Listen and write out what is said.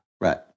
Right